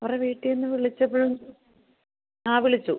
അവരെ വീട്ടിൽ നിന്ന് വിളിച്ചപ്പോഴും ആ വിളിച്ചു